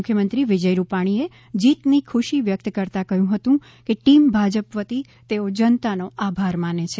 મુખ્યમંત્રી વિજય રૂપાણી એ જીત ની ખુશી વ્યક્ત કર્યા કહ્યું હતું કે ટિમ ભાજપ વતી તેઓ જનતા નો આભાર માને છે